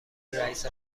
رییس